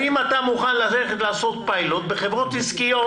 האם אתה מוכן ללכת לעשות פיילוט בחברת עסקיות,